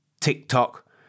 TikTok